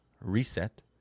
reset